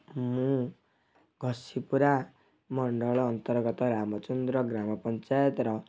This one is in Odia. ମୁଁ ଘସିପୁରା ମଣ୍ଡଳ ଅନ୍ତର୍ଗତ ରାମଚନ୍ଦ୍ର ଗ୍ରାମପଞ୍ଚାୟତର